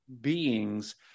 beings